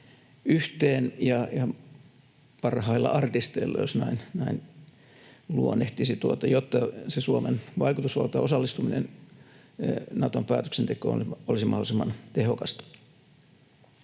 yhteen — parhailla artisteilla, jos näin luonnehtisi — jotta Suomen vaikutusvalta ja osallistuminen Naton päätöksentekoon olisi mahdollisimman tehokasta.